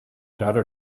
daughter